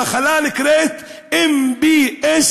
המחלה נקראת 1MBS,